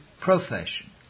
profession